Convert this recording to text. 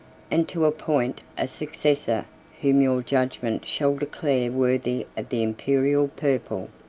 and to appoint a successor whom your judgment shall declare worthy of the imperial purple!